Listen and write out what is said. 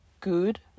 good